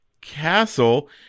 Castle